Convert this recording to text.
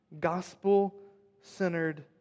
gospel-centered